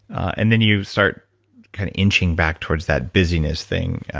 and then you start kind of inching back towards that busyness thing,